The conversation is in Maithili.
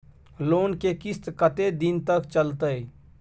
लोन के किस्त कत्ते दिन तक चलते?